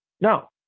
No